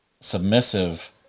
submissive